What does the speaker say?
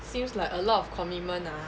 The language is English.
seems like a lot of commitment ah